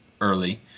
early